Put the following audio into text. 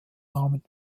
namen